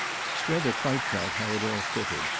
strether quite felt how it all fitted,